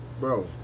bro